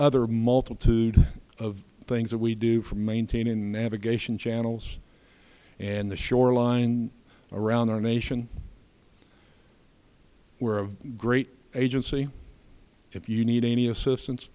other multitude of things that we do for maintaining navigation channels and the shoreline around our nation we're a great agency if you need any assistance